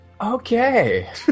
Okay